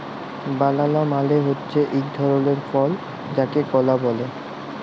বালালা মালে হছে ইক ধরলের ফল যাকে কলা ব্যলে